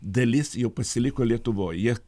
dalis jų pasiliko lietuvoj jie